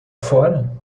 fora